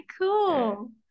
cool